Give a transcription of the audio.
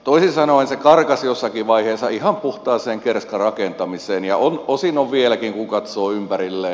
toisin sanoen se karkasi jossakin vaiheessa ihan puhtaaseen kerskarakentamiseen ja osin on vieläkin kun katsoo ympärilleen